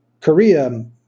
Korea